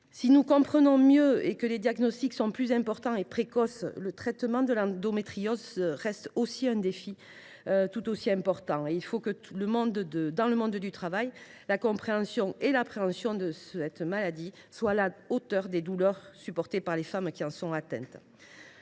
Si nous comprenons mieux le problème et si les diagnostics sont plus fréquents et précoces, le traitement de l’endométriose reste un défi tout aussi crucial. Dans le monde du travail, il faut que la compréhension et l’appréhension de cette maladie soient à la hauteur des douleurs supportées par les femmes qui en sont atteintes.